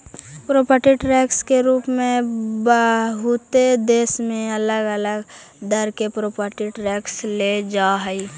property tax के रूप में बहुते देश में अलग अलग दर से प्रॉपर्टी टैक्स लेल जा हई